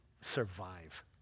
survive